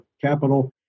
capital